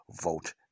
vote